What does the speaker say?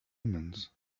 omens